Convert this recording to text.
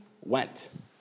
went